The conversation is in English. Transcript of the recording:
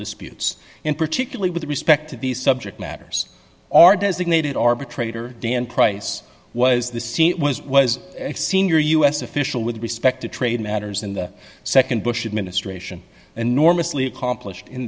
disputes and particularly with respect to the subject matters are designated arbitrator dan price was the seat was was a senior u s official with respect to trade matters in the nd bush administration an enormously accomplished in